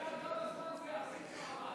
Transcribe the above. השאלה כמה זמן זה יחזיק מעמד.